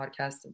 podcast